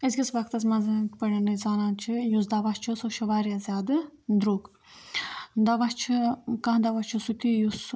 أزۍ کِس وقتَس منٛز یِتھ پٲٹھۍ أسۍ زانان چھِ یُس دَوا چھُ سُہ چھُ واریاہ زیادٕ درٛوٚگ دَوا چھُ کانٛہہ دَوا چھُ سُہ تہِ یُس